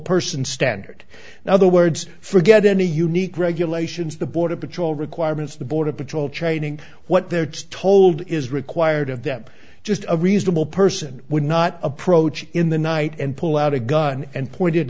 person standard now the words forget any unique regulations the border patrol requirements the border patrol training what they're just told is required of them just a reasonable person would not approach in the night and pull out a gun and pointed